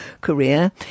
career